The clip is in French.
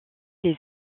les